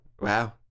Wow